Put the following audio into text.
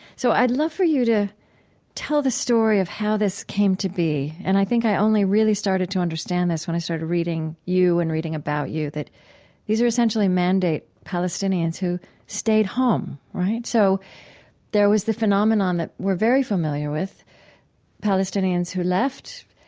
so i'd love for you to tell the story of how this came to be and i think i only really started to understand when i started reading you and reading about you that these are essentially mandate palestinians who stayed home, right? so there was the phenomenon that we're very familiar with palestinians who left,